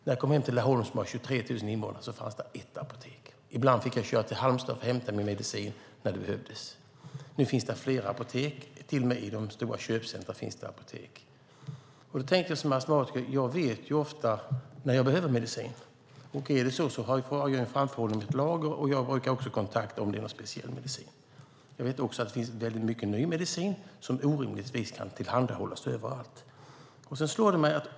När jag kom hem till Laholm, som har 23 000 invånare, fanns där ett apotek. Ibland fick jag köra till Halmstad för att hämta min medicin när den behövdes. Nu finns där flera apotek, till och med i de stora köpcentrumen. Som astmatiker vet jag ofta när jag behöver medicin. Jag har framförhållning och brukar också kontakta apoteket om det är någon speciell medicin. Det finns också mycket ny medicin som inte rimligtvis kan tillhandahållas överallt.